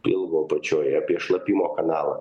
pilvo apačioje apie šlapimo kanalą